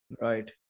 Right